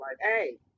hey